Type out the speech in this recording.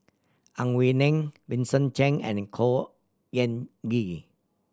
Ang Wei Neng Vincent Cheng and Khor Ean Ghee